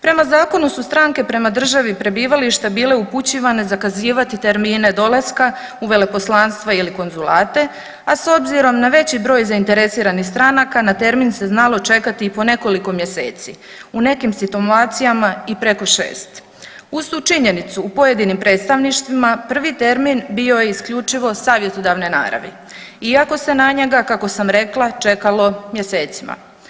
Prema zakonu su stranke prema državi prebivališta bile upućivane zakazivati termine dolaska u veleposlanstva ili konzulate, a s obzirom na veći broj zainteresiranih stranaka na termin se znalo čekati i po nekoliko mjeseci, u nekim situacijama i preko 6. Uz tu činjenicu u pojedinim predstavništvima prvi termin bio je isključivo savjetodavne naravi iako se na njega kako sam rekla čekalo mjesecima.